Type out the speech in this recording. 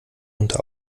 unter